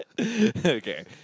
Okay